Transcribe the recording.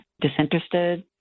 disinterested